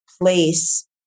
place